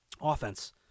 offense